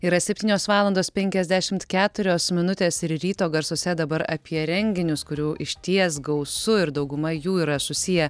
yra septynios valandos penkiasdešimt keturios minutės ir ryto garsuose dabar apie renginius kurių išties gausu ir dauguma jų yra susiję